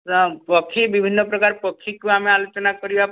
ହଁ ପକ୍ଷୀ ବିଭିନ୍ନପ୍ରକାର ପକ୍ଷୀକୁ ଆମେ ଆଲୋଚନା କରିବା